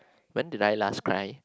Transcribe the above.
when did I last cry